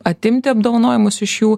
atimti apdovanojimus iš jų